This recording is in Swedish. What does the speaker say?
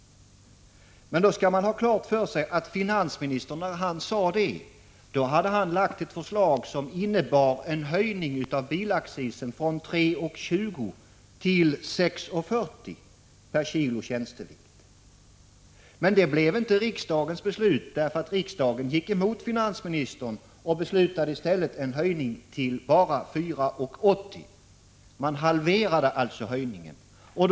Men då skall man ha klart för sig att finansministern när han sade det hade lagt fram ett förslag, som innebar en höjning av bilaccisen från 3:20 till 6:40 per kg tjänstevikt. Detta blev emellertid inte riksdagens beslut. Riksdagen gick emot finansministern och beslutade i stället om en höjning till bara 4:80. Den föreslagna höjningen halverades alltså.